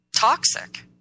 toxic